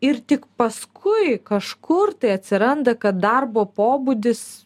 ir tik paskui kažkur tai atsiranda kad darbo pobūdis